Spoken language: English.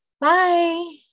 Bye